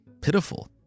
pitiful